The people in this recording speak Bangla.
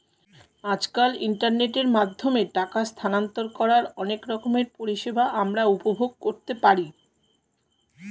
আজকাল ইন্টারনেটের মাধ্যমে টাকা স্থানান্তর করার অনেক রকমের পরিষেবা আমরা উপভোগ করতে পারি